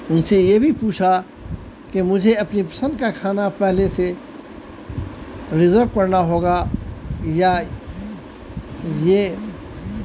ان سے یہ بھی پوچھا کہ مجھے اپنی پسند کا کھانا پہلے سے ریزرو کرنا ہوگا یا یہ